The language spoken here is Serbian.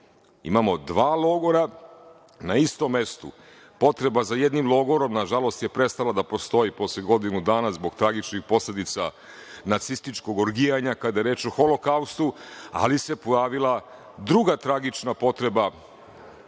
imamo dva logora na istom mestu. Potreba za jednim logorom nažalost je prestala da postoji posle godinu dana zbog tragičnih posledica nacističkog orgijanja kada je reč o Holokaustu, ali se pojavila druga tragična potreba